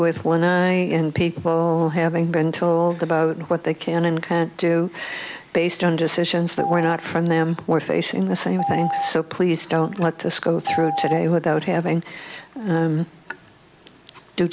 with one eye and people having been told about what they can and can't do based on decisions that were not from them were facing the same thing so please don't let this go through today without having